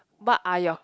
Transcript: what are your